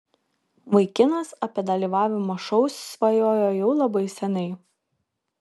vaikinas apie dalyvavimą šou svajojo jau labai seniai